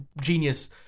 genius